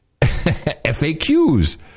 FAQs